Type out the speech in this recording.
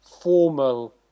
formal